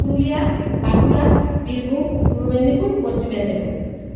Purulia Bankura Birbhum Purba Medinipur Paschim Medinipur